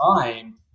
time